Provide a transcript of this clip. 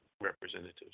Representatives